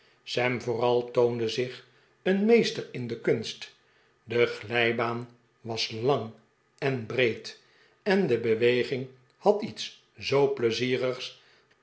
sam vooral toonde zich een meester in de kunst de glijbaan was lang en breed en de beweging had iets zoo pleizierigs